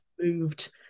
moved